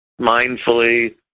mindfully